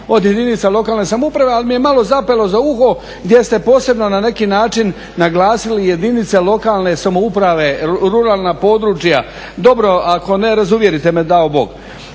od jedinica lokalne samouprave, ali mi je malo zapelo za uho gdje ste posebno na neki način naglasili jedinice lokalne samouprave, ruralna područja. Dobro, ako ne, razuvjerite me, dao Bog.